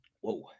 Whoa